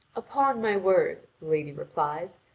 upon my word, the lady replies,